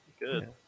Good